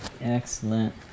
Excellent